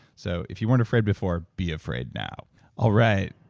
so if you weren't afraid before, be afraid now all right.